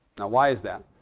now why is that?